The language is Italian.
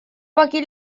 pochi